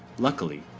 luckily,